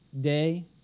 day